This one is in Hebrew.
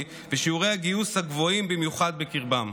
ושיעורי הגיוס הגבוהים במיוחד בקרבם.